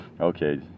okay